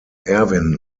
erwin